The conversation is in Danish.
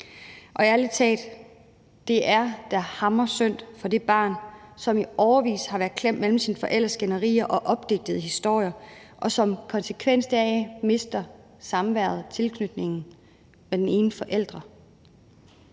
Ærlig talt, det er da hammersynd for det barn, som i årevis har været klemt mellem forældrenes skænderier og opdigtede historier, og som som en konsekvens heraf mister samværet med og tilknytningen til den ene forælder.